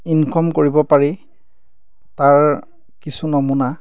income কৰিব পাৰি তাৰ কিছু নমুনা